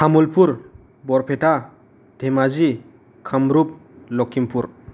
Tamulpur Barpeta Dhemaji Kamrup Lakhimpur